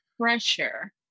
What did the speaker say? pressure